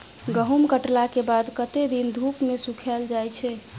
गहूम कटला केँ बाद कत्ते दिन धूप मे सूखैल जाय छै?